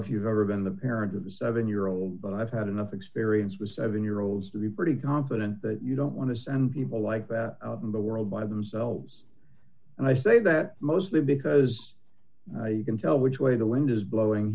if you've ever been the parent of a seven year old but i've had enough experience with seven year olds to be pretty confident that you don't want to send people like that out in the world by themselves and i say that mostly because you can tell which way the wind is blowing